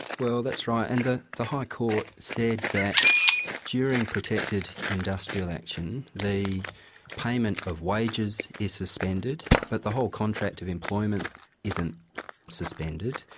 well, that's right, and the the high court said that during protected industrial action the payment of wages is suspended, but the whole contract of employment isn't suspended.